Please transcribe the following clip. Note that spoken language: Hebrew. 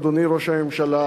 אדוני ראש הממשלה,